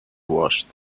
wash